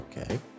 Okay